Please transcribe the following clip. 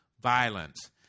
violence